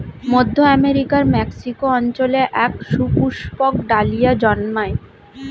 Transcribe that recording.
মধ্য আমেরিকার মেক্সিকো অঞ্চলে এক সুপুষ্পক ডালিয়া জন্মায়